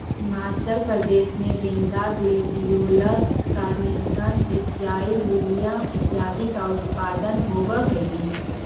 हिमाचल प्रदेश में गेंदा, gladiolus, carnation, एशियाई लिलियम इत्यादि का उत्पादन होवअ हई